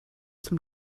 zum